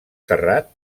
terrat